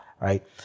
right